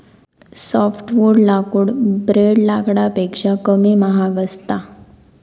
softwood लाकूड ब्रेड लाकडापेक्षा कमी महाग असता